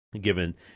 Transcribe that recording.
given